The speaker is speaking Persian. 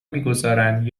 میگذارند